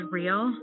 real